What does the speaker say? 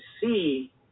see